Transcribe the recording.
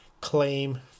claim